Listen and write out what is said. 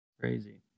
Crazy